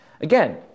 Again